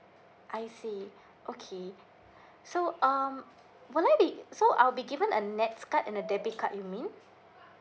I see okay so um will I be so I'll be given a NETS card and a debit card you mean